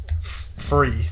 Free